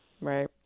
Right